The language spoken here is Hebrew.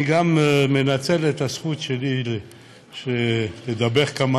אני גם מנצל את הזכות שלי לדבר כמה